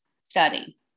study